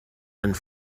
and